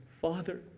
Father